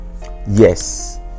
yes